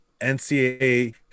NCAA